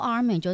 Army